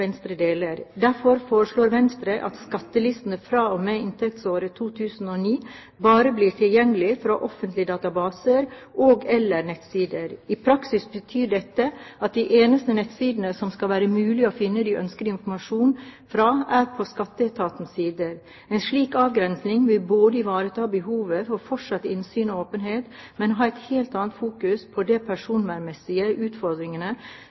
Venstre deler. Derfor foreslår Venstre at skattelistene fra og med inntektsåret 2009 bare blir tilgjengelige fra offentlige databaser og/eller nettsider. I praksis betyr dette at de eneste nettsidene som det skal være mulig å finne den ønskede informasjonen fra, er på Skatteetatens sider. En slik avgrensing vil ikke bare ivareta behovet for fortsatt innsyn og åpenhet, men ha et helt annet fokus på de personvernmessige utfordringene